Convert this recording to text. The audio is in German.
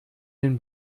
den